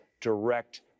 direct